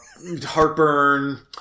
heartburn